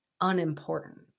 unimportant